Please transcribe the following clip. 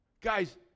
Guys